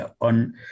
on